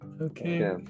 Okay